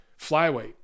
flyweight